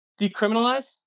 Decriminalize